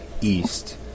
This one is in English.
east